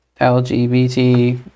LGBT